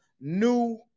new